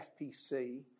FPC